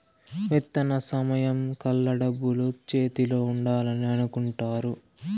విత్తన సమయం కల్లా డబ్బులు చేతిలో ఉండాలని అనుకుంటారు